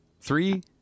Three